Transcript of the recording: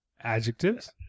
Adjectives